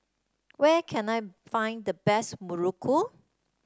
where can I find the best Muruku